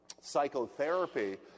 psychotherapy